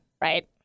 Right